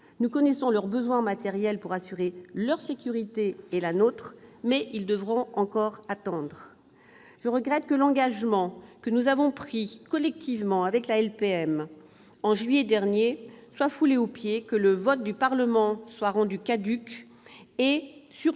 Nous connaissons leurs besoins en matériel pour assurer leur sécurité et la nôtre, mais ils devront encore attendre. Je regrette que l'engagement que nous avons pris collectivement avec la LPM au mois de juillet dernier soit foulé aux pieds, que le vote du Parlement soit rendu caduc et, surtout,